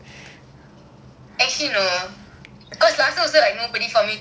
actually no because like last year also nobody fall into my crush